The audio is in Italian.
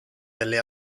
delle